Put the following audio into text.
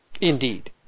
Indeed